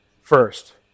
first